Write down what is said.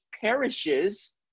perishes